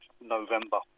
November